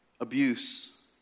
abuse